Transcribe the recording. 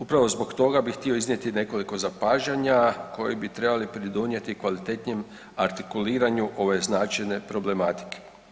Upravo zbog toga bi htio iznijeti nekoliko zapažanje koje bi trebali pridonijeti kvalitetnijem artikuliranju ove značajne problematike.